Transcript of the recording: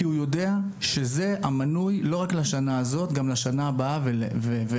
כי הוא יודע שזה המנוי שהוא לא רק לשנה הזו אלא גם לשנה הבאה והלאה.